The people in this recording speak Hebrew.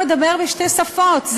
מדבר בשתי שפות,